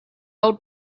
old